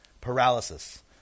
paralysis